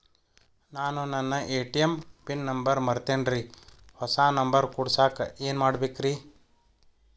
ನಾನು ನನ್ನ ATM pin number ಮರ್ತೇನ್ರಿ, ಹೊಸಾ ನಂಬರ್ ಕುಡಸಾಕ್ ಏನ್ ಮಾಡ್ಬೇಕ್ರಿ?